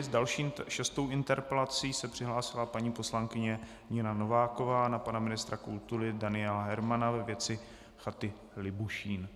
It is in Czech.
S další šestou interpelací se přihlásila paní poslankyně Nina Nováková na pana ministra kultury Daniela Hermana ve věci chaty Libušín.